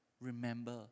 remember